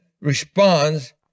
responds